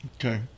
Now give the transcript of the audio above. Okay